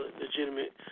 legitimate